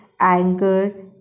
anger